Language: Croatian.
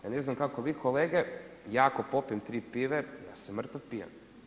Ja ne znam kako vi kolege, ja ako popim 3 pive, ja sam mrtav pijan.